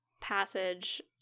passage